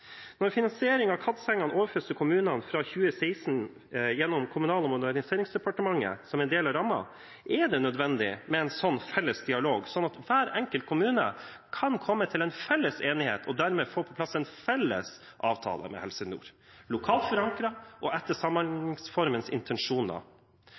Når finansieringen av KAD-sengene overføres til kommunene fra 2016 gjennom Kommunal- og moderniseringsdepartementet som en del av rammen, er det nødvendig med en sånn felles dialog, så hver enkelt kommune kan komme til en felles enighet og dermed få på plass en felles avtale med Helse Nord – lokalt forankret og etter Samhandlingsreformens intensjoner.